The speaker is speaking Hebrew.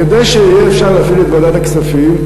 כדי שיהיה אפשר להפעיל את ועדת הכספים,